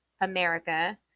America